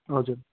हजुर